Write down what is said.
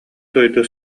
дойду